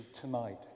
tonight